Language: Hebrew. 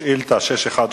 שאילתא 612